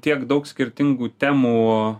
tiek daug skirtingų temų